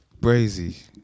brazy